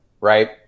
right